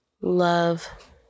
love